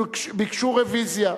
ביקשה רוויזיה,